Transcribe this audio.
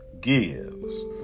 gives